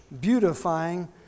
Beautifying